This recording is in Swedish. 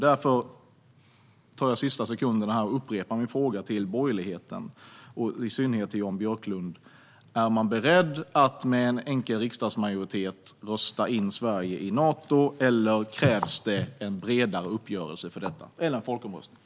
Därför använder jag de sista sekunderna till att upprepa min fråga till borgerligheten och i synnerhet Jan Björklund: Är man beredd att med en enkel riksdagsmajoritet rösta in Sverige i Nato, eller krävs det en bredare uppgörelse eller en folkomröstning?